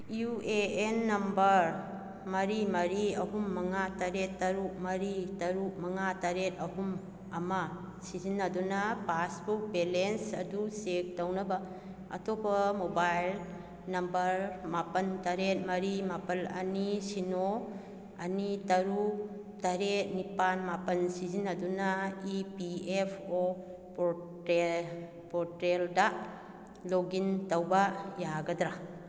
U A N number ꯃꯔꯤ ꯃꯔꯤ ꯑꯍꯨꯝ ꯃꯉꯥ ꯇꯔꯨꯛ ꯇꯔꯨꯛ ꯃꯔꯤ ꯇꯔꯨꯛ ꯃꯉꯥ ꯇꯔꯦꯠ ꯑꯍꯨꯝ ꯑꯃ ꯁꯤꯖꯤꯟꯅꯗꯨꯅ ꯄꯥꯁꯕꯨꯛ ꯕꯦꯂꯦꯟꯁ ꯑꯗꯨ ꯆꯦꯛ ꯇꯧꯅꯕ ꯑꯇꯣꯞꯄ ꯃꯣꯕꯥꯏꯜ ꯅꯝꯕꯔ ꯃꯥꯄꯜ ꯇꯔꯦꯠ ꯃꯔꯤ ꯃꯥꯄꯜ ꯑꯅꯤ ꯁꯤꯅꯣ ꯑꯅꯤ ꯇꯔꯨꯛ ꯇꯔꯦꯠ ꯅꯤꯄꯥꯜ ꯃꯥꯄꯜ ꯁꯤꯖꯤꯟꯅꯗꯨꯅ ꯏ ꯄꯤ ꯑꯦꯐ ꯑꯣ ꯄꯣꯔꯇꯦꯜꯗ ꯂꯣꯛꯏꯟ ꯇꯧꯕ ꯌꯥꯒꯗ꯭ꯔꯥ